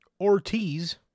Ortiz